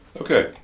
okay